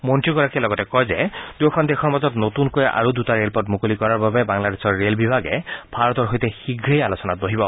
মন্ত্ৰীগৰাকীয়ে লগতে কয় যে দুয়োখন দেশৰ মাজত নতুনকৈ আৰু দুটা ৰেলপথ মুকলি কৰাৰ বাবে বাংলাদেশৰ ৰেল বিভাগে ভাৰতৰ সৈতে শীঘ্ৰেই আলোচনাত বহিব